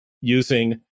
using